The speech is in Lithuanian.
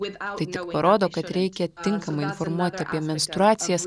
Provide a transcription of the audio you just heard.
tai tik parodo kad reikia tinkamai informuot apie menstruacijas